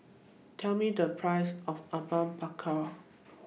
Tell Me The Price of Apom Berkuah